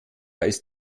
ist